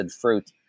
fruit